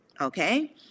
okay